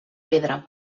pedra